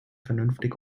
vernünftig